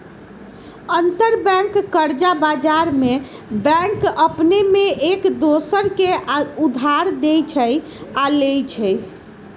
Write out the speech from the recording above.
अंतरबैंक कर्जा बजार में बैंक अपने में एक दोसर के उधार देँइ छइ आऽ लेइ छइ